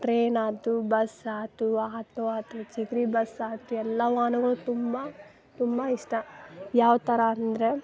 train ಆಯ್ತು bus ಆಯ್ತು auto ಆಯ್ತ್ ಚಿಗರಿ ಬಸ್ ಆಯ್ತು ಎಲ್ಲ ವಾಹನಗಳು ತುಂಬ ತುಂಬ ಇಷ್ಟ ಯಾವ ಥರ ಅಂದ್ರೆ